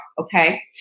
Okay